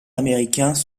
américains